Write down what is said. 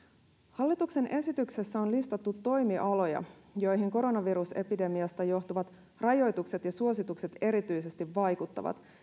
hallituksen esityksessä on listattu toimialoja joihin koronavirusepidemiasta johtuvat rajoitukset ja suositukset erityisesti vaikuttavat